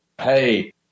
hey